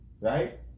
Right